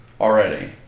already